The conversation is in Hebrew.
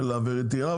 הווטרינר,